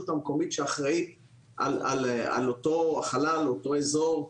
המקומית שאחראית על אותה חלל או על אותו אזור,